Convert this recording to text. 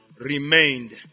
remained